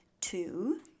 Two